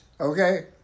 Okay